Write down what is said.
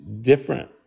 different